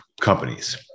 companies